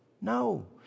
No